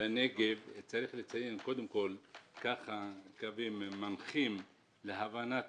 בנגב ולציין קודם כל קווים מנחים להבנת